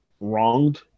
wronged